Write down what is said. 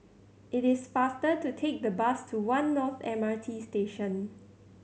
it is faster to take the bus to One North M R T Station